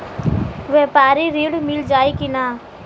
व्यापारी ऋण मिल जाई कि ना?